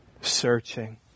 searching